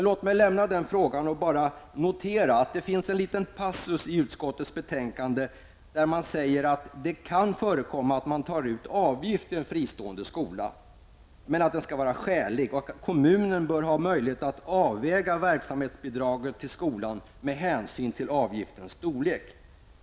Låt mig lämna denna fråga och notera att det finns en passus i utskottets betänkande där utskottet säger att det kan förekomma att en avgift tas ut i en fristående skola men att den skall vara skälig och att kommunen bör ha möjlighet att avväga verksamhetsbidraget till skolan med hänsyn till avgiftens storlek.